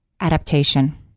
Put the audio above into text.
adaptation